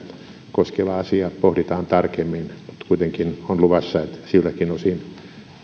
koskeva asia pohditaan tarkemmin mutta kuitenkin on luvassa että siltäkin osin